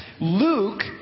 Luke